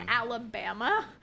alabama